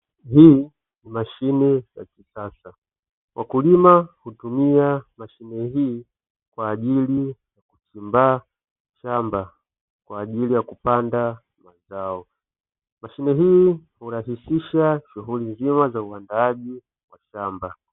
Hii ni mashine ya kisasa wakulima kutumia mashine hii kwa ajili ya kuandaa shamba, kwa ajili ya kupanda mazao, upandaji wa shamba zima za uandaaji wa shamba.